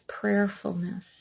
prayerfulness